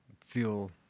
feel